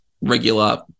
regular